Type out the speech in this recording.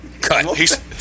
Cut